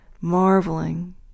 marveling